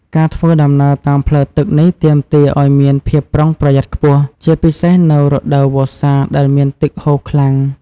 ការធ្វើដំណើរតាមផ្លូវទឹកនេះទាមទារឱ្យមានភាពប្រុងប្រយ័ត្នខ្ពស់ ជាពិសេសនៅរដូវវស្សាដែលមានទឹកហូរខ្លាំង។